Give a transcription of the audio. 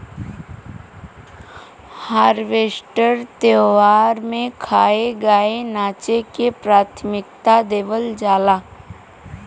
harvest त्यौहार में खाए, गाए नाचे के प्राथमिकता देवल जाला